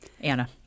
Anna